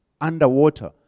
underwater